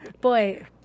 Boy